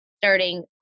starting